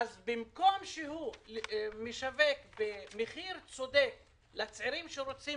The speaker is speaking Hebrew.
במקום לשווק במחיר צודק לצעירים שרוצים